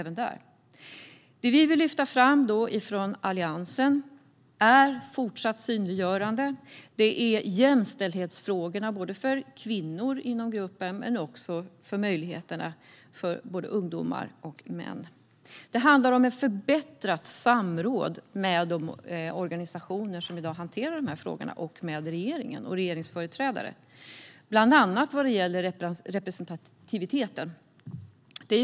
Vi i Alliansen vill lyfta fram fortsatt synliggörande och jämställdhetsfrågorna, både för kvinnor inom gruppen och för ungdomars och mäns möjligheter. Det handlar om ett förbättrat samråd mellan de organisationer som i dag hanterar frågorna och regeringen och dess företrädare, bland annat avseende representativiteten.